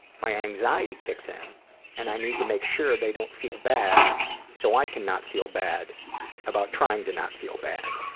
my anxiety kicks in and i need to make sure they don't feel bad so i cannot feel bad about trying to not feel bad.